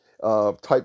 type